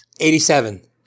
87